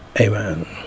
Amen